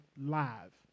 live